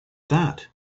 that